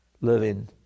living